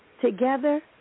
together